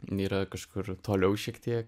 yra kažkur toliau šiek tiek